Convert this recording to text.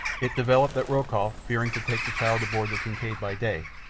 it developed that rokoff, fearing to take the child aboard the kincaid by day,